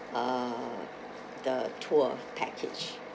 uh the tour package